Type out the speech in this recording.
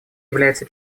является